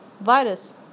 virus